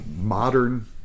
modern